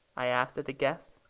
i asked at a guess.